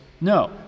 No